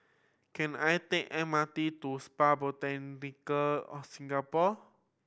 can I take M R T to Spa Botanica of Singapore